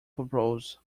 propose